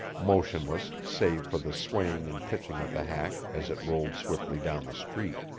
motionless save for the swaying and pitching of the hack as it rolled swiftly down the street.